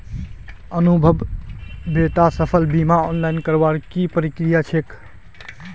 अनुभव बेटा फसल बीमा ऑनलाइन करवार की प्रक्रिया छेक